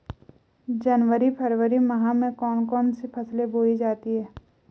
जनवरी फरवरी माह में कौन कौन सी फसलें बोई जाती हैं?